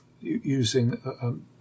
using